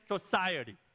society